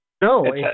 No